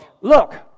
Look